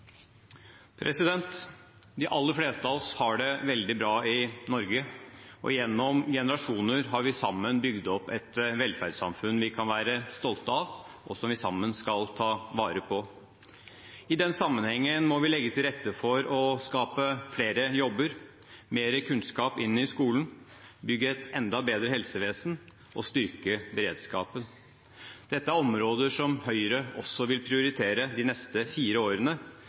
De aller fleste av oss har det veldig bra i Norge. Gjennom generasjoner har vi sammen bygd opp et velferdssamfunn vi kan være stolte av, og som vi sammen skal ta vare på. I den sammenhengen må vi legge til rette for å skape flere jobber, få mer kunnskap inn i skolen, bygge et enda bedre helsevesen og styrke beredskapen. Dette er områder som Høyre også vil prioritere de neste fire årene